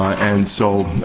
and so,